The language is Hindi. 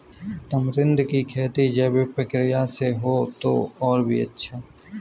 तमरींद की खेती जैविक प्रक्रिया से हो तो और भी अच्छा